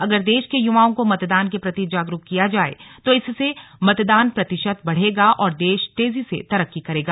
अगर देश के युवाओं को मतदान के प्रति जागरूक किया जाए तो इससे मतदान प्रतिशत बढ़ेगा और देश तेजी से तरक्की करेगा